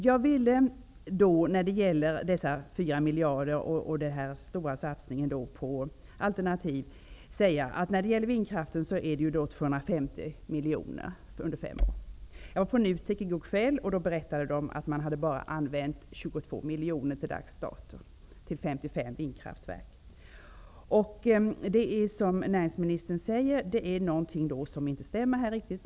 Jag vill om de 4 miljarderna och den stora satsningen på alternativ säga att den beträffande vindkraften omfattar 250 miljoner kronor under fem år. Jag var i går kväll på NUTEK, och då berättade man att man till dags dato bara hade använt 22 miljoner till 55 vindkraftverk. Det är, som näringsministern säger, någonting som inte stämmer på det området.